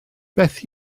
beth